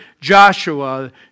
Joshua